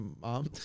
mom